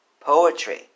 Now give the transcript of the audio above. Poetry